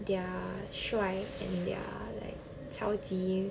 their 帅 and their like 超级